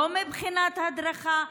לא מבחינת הדרכה,